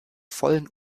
vollen